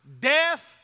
death